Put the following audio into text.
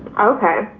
okay,